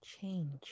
change